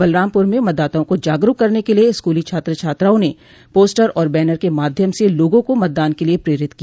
बलरामपुर में मतदाताओं को जागरूक करने के लिये स्कूली छात्र छात्राओं ने पोस्टर और बैनर के माध्यम से लोगों को मतदान के लिये प्रेरित किया